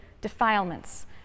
defilements